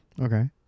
Okay